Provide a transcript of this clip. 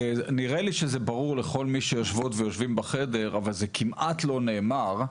נראה לי שזה ברור לכל מי שיושבות ויושבים בחדר אבל זה כמעט לא נאמר.